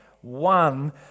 one